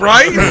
Right